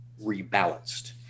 rebalanced